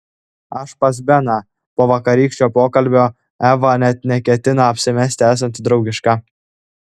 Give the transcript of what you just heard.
aš pas beną po vakarykščio pokalbio eva net neketina apsimesti esanti draugiška